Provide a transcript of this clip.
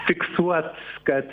fiksuot kad